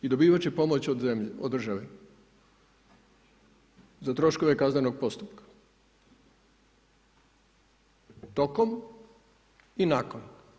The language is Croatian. I dobivat će pomoć od države za troškove kaznenog postupka tokom i nakon.